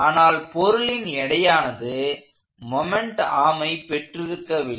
ஆனால் பொருளின் எடையானது மொமெண்ட் ஆர்மை பெற்றிருக்கவில்லை